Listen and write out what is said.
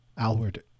Alward